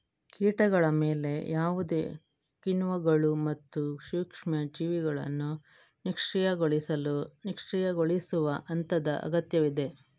ಕೀಟಗಳ ಮೇಲೆ ಯಾವುದೇ ಕಿಣ್ವಗಳು ಮತ್ತು ಸೂಕ್ಷ್ಮ ಜೀವಿಗಳನ್ನು ನಿಷ್ಕ್ರಿಯಗೊಳಿಸಲು ನಿಷ್ಕ್ರಿಯಗೊಳಿಸುವ ಹಂತದ ಅಗತ್ಯವಿದೆ